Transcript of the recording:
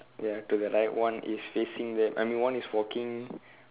ya to the right one is facing that I mean one is walking